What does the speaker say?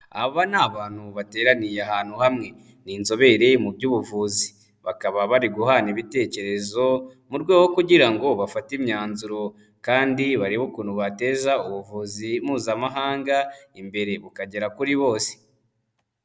Aba ni abantu bateraniye ahantu hamwe, ni inzobere mu by'ubuvuzi, bakaba bari guhana ibitekerezo mu rwego kugira ngo bafate imyanzuro kandi barebe ukuntu bateza ubuvuzi mpuzamahanga imbere, bukagera kuri bose.